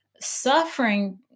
suffering